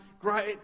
Great